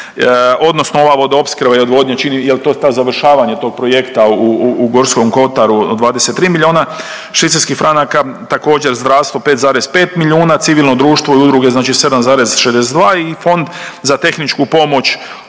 odnosno ova vodoopskrba i odvodnja čini, jel to ta završavanje tog projekta u, u Gorskom kotaru 23 milijuna švicarskih franaka, također zdravstvo 5,5 milijuna, civilno društvo i udruge znači 7,62 i Fond za tehničku pomoć